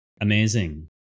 Amazing